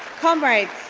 comrades,